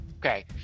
Okay